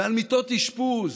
ועל מיטות אשפוז